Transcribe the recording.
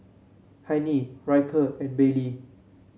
Hennie Ryker and Baylie